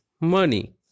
money